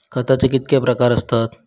खताचे कितके प्रकार असतत?